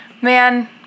Man